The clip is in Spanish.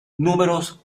números